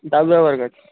दहाव्या वर्गाचे